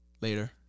Later